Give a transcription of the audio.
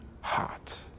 heart